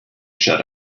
shut